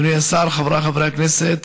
אדוני השר, חבריי חברי הכנסת,